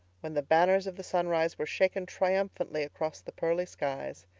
when the banners of the sunrise were shaken triumphantly across the pearly skies.